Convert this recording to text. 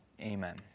Amen